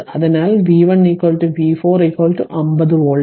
അതിനാൽ v1 v 4 50 volt